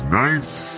nice